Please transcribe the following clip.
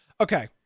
okay